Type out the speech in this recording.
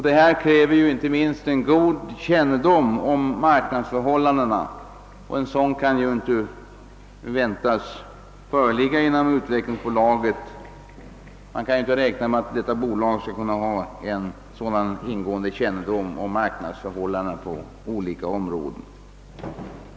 Detta kräver ju inte minst god kännedom om marknadsförhållandena, och sådan kännedom kan utvecklingsbolaget inte ha på alla områden.